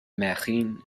marine